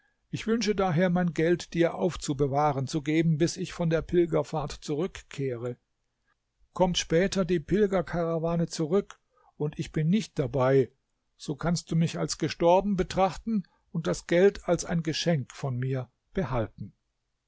ich wünsche daher mein geld dir aufzubewahren zu geben bis ich von der pilgerfahrt zurückkehre kommt später die pilgerkarawane zurück und ich bin nicht dabei so kannst du mich als gestorben betrachten und das geld als ein geschenk von mir behalten